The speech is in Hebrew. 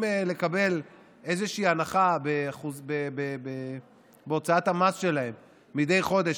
לקבל איזושהי הנחה בהוצאת המס שלהם מדי חודש,